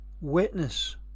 Witness